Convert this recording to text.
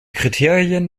kriterien